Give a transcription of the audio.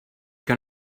que